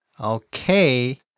Okay